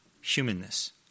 humanness